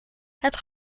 het